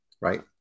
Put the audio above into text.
right